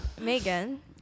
Megan